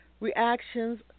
Reactions